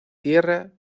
tierra